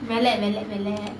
விலை விலை விலை:vilai vilai vilai